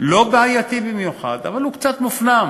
לא בעייתי במיוחד, אבל הוא קצת מופנם,